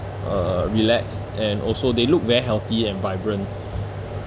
uh relax and also they look very healthy and vibrant